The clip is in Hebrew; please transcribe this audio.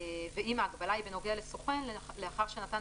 ואם ההגבלה היא בנוגע לסוכן - לאחר שנתן